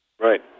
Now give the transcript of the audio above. Right